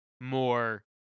more